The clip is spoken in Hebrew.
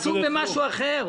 הוא עסוק במשהו אחר.